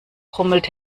grummelt